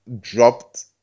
dropped